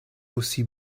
aussi